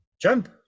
Jump